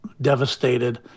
devastated